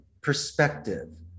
perspective